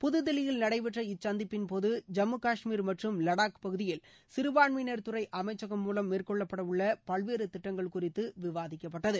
புதுதில்லியில் நடைபெற்ற இச்சந்திப்பின் போது ஜம்மு காஷ்மீர மற்றும் லடாக் பகுதியில் சிறுபான்மையினா் துறை அமைச்சகம் மூலம் மேற்கொள்ளப்பட உள்ள பல்வேறு திட்டங்கள் குறித்து விவாதிக்கப்பட்டது